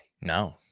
No